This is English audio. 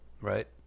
right